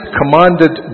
commanded